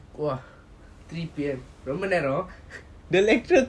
!wah! three P_M ரொம்ப நேரம்:romba neram